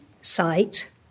site